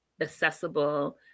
accessible